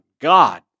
God